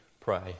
pray